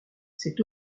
c’est